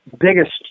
biggest